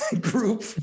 group